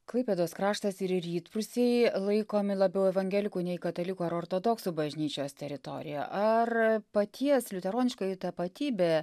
klaipėdos kraštas ir rytprūsiai laikomi labiau evangelikų nei katalikų ar ortodoksų bažnyčios teritorija ar paties liuteroniškoji tapatybė